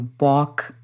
walk